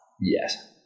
Yes